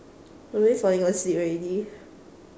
I'm really falling asleep already